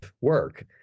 work